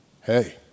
hey